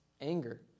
anger